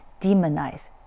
demonize